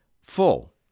full